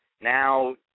now